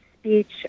speech